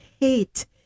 hate